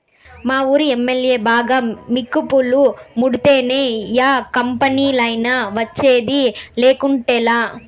మావూరి MLA బాగా మికుపులు ముడితేనే యా కంపెనీలైనా వచ్చేది, లేకుంటేలా